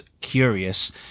Curious